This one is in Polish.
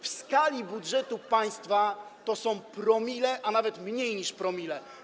W skali budżetu państwa to są promile, a nawet mniej niż promile.